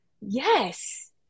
Yes